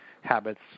habits